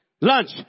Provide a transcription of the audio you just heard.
lunch